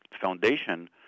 foundation